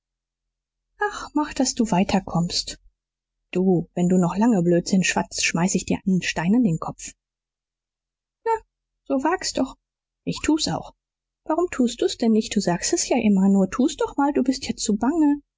ach mach daß du weiter kommst du wenn du noch lange blödsinn schwatzt schmeiß ich dir nen stein an den kopf na so wag's doch ich tu's auch warum tust du's denn nicht du sagst es ja immer nur tu's doch mal du bist ja zu bange